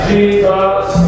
Jesus